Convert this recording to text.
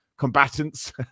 combatants